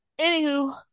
Anywho